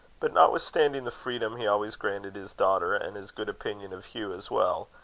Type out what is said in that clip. but notwithstanding the freedom he always granted his daughter, and his good opinion of hugh as well,